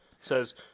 says